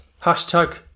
Hashtag